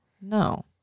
No